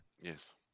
Yes